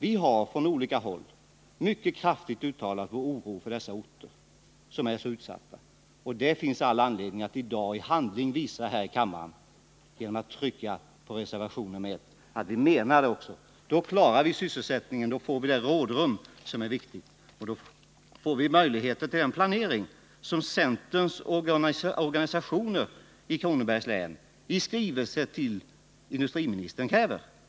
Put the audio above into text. Vi har i olika sammanhang givit uttryck åt vår oro för dessa orter, som är så utsatta. Det finns all anledning att i dag i handling visa. genom att rösta för reservationen, att vi också menar någonting. Då får vi det rådrum som är viktigt — då får vi möjligheter till den planering som centerns organisationer i Kronobergs län i skrivelse till industriministern krävt.